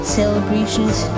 celebrations